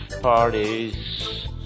parties